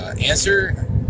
answer